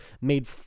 made